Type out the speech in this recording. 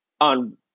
on